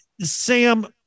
Sam